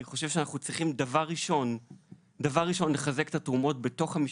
אני חושב שאנחנו צריכים דבר ראשון לחזק את התרומות בתוך המשפחה.